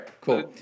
Cool